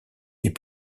les